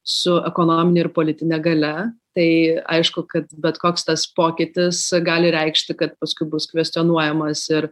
su ekonomine ir politine galia tai aišku kad bet koks tas pokytis gali reikšti kad paskui bus kvestionuojamas ir